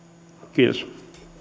kiitos